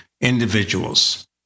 individuals